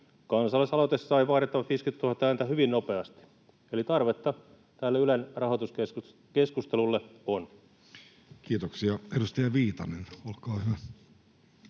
‑kansalaisaloite sai vaadittavat 50 000 ääntä hyvin nopeasti. Eli tarvetta tälle Ylen rahoituskeskustelulle on. Kiitoksia. — Edustaja Viitanen, olkaa hyvä.